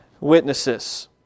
witnesses